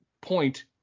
point